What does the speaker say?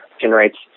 generates